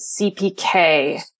CPK